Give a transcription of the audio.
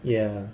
ya